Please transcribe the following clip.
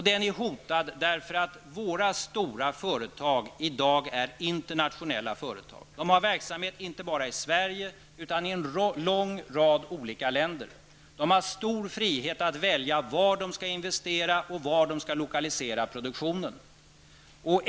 Den är hotad därför att våra stora företag i dag är internationella företag. De har verksamhet inte bara i Sverige utan i en lång rad olika länder. De har stor frihet att välja var de skall investera och var de skall lokalisera produktionen.